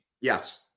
Yes